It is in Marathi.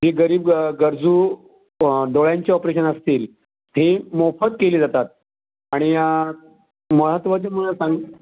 जी गरीब गरजू डोळ्यांची ऑपरेशन असतील ती मोफत केली जातात आणि महत्वाची सांगू